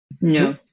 No